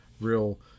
real